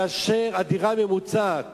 כאשר דמי השכירות של דירה ממוצעת